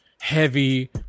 Heavy